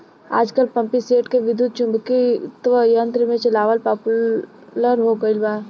आजकल पम्पींगसेट के विद्युत्चुम्बकत्व यंत्र से चलावल पॉपुलर हो गईल बा